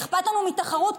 אכפת לנו מתחרות,